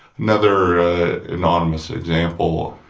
another anonymous example,